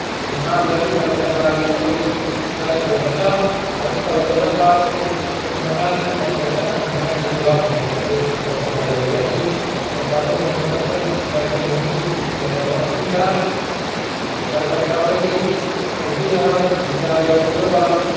ꯏꯝꯐꯥꯜꯗꯒꯤ ꯀꯜꯀꯇꯥꯒꯤ ꯑꯩꯈꯣꯏꯒꯤ ꯐ꯭ꯂꯥꯏꯠ ꯇꯣꯡꯉꯒ ꯍꯁ ꯇꯧꯒꯗꯕ ꯅꯨꯃꯤꯠ ꯀꯨꯟꯃꯉꯥꯅꯤ ꯅꯠꯇ꯭ꯔꯒꯅ ꯀꯨꯟꯊ꯭ꯔꯥꯅꯤ ꯋꯥꯠꯂꯤꯉꯩꯗ ꯑꯩꯈꯣꯏ ꯀꯜꯀꯇꯥ ꯌꯧꯒꯅꯤ ꯀꯜꯀꯇꯥꯗ ꯅꯣꯡ ꯅꯠꯇ꯭ꯔꯒ ꯑꯩꯈꯣꯏ ꯅꯤꯅꯤ ꯂꯩꯔꯕ ꯃꯇꯨꯡꯗ ꯀꯜꯀꯇꯥꯗꯒꯤ ꯁꯥꯎꯗꯤ ꯑꯔꯞ ꯖꯤꯗꯥꯥ ꯌꯧꯒꯗꯕ